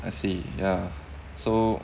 I see ya so